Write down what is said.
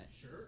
Sure